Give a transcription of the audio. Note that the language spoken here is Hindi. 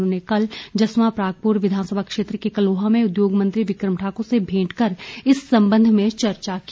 उन्होंने कल जसवां परागपुर विधानसभा क्षेत्र के कलोहा में उद्योग मंत्री बिक्रम ठाकुर से भेंट कर इस संबंध में चर्चा की